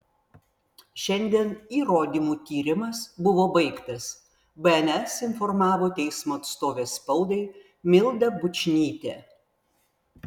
šiandien įrodymų tyrimas buvo baigtas bns informavo teismo atstovė spaudai milda bučnytė